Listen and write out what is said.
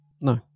No